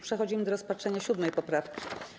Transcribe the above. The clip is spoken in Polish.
Przechodzimy do rozpatrzenia 7. poprawki.